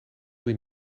die